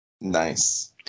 Nice